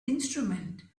instrument